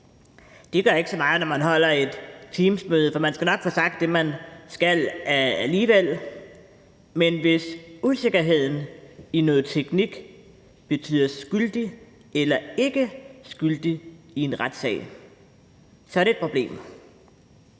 Det gør ikke så meget, når man holder et teamsmøde, for man skal alligevel nok få sagt det, man skal. Men hvis usikkerheden i noget teknik betyder skyldig eller ikkeskyldig i en retssag, så er det et problem.